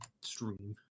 stream